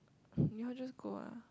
you all just go lah